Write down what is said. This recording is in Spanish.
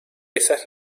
esas